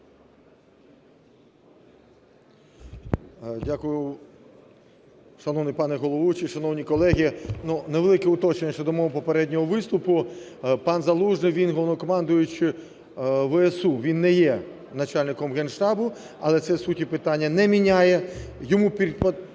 Дякую. Шановний пане головуючий, шановні колеги! Невелике уточнення щодо мого попереднього виступу. Пан Залужний, він Головнокомандувач ВСУ, він не є начальником генштабу. Але це суті питання не міняє. Йому підпорядкований